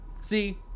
See